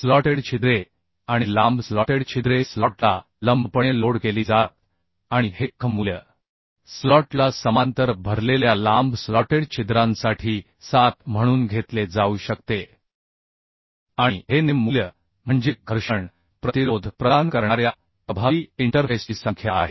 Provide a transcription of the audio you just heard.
slotted छिद्रे आणि लांब स्लॉटेड छिद्रे स्लॉटला लंबपणे लोड केली जातात आणि हे Kh मूल्य स्लॉटला समांतर भरलेल्या लांब स्लॉटेड छिद्रांसाठी 07 म्हणून घेतले जाऊ शकते आणि हे ne मूल्य म्हणजे घर्षण प्रतिरोध प्रदान करणार्या प्रभावी इंटरफेसची संख्या आहे